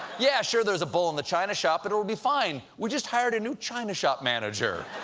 yeah, sure, there's a bull in the china shop, but it'll be fine. we just hired a new china shop manager.